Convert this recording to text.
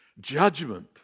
Judgment